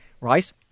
Right